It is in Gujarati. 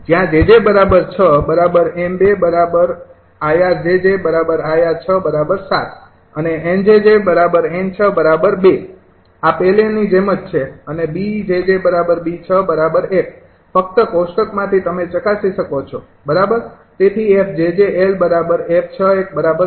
જ્યારે 𝑗𝑗૬ 𝑚૨𝐼𝑅𝑗𝑗𝐼𝑅૬૭ અને 𝑁𝑗𝑗𝑁૬૨ આ પહેલાની જેમ જ છે અને 𝐵𝑗𝑗𝐵૬૧ ફક્ત કોષ્ટકમાંથી તમે ચકાસી શકો છો બરાબર